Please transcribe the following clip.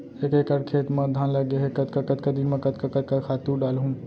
एक एकड़ खेत म धान लगे हे कतका कतका दिन म कतका कतका खातू डालहुँ?